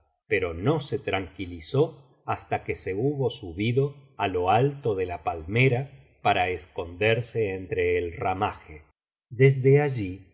pero no se tranquilizó hasta que se hubo subido a lo alto de la palmera para esconderse cutre el ramaje desde allí